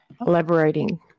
elaborating